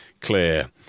clear